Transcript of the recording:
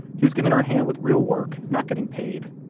he was giving her a hand with real work, not getting paid.